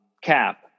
cap